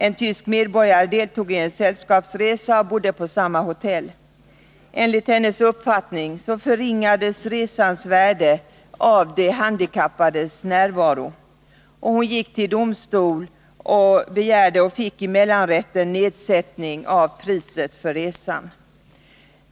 En tysk medborgare deltog i en sällskapsresa och bodde på samma hotell. Enligt hennes uppfattning förringades resans värde av de handikappades närvaro. Hon gick till domstol samt begärde och fick i mellanrätten nedsättning av priset för resan.